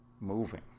moving